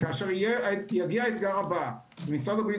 כאשר יגיע האתגר הבא ומשרד הבריאות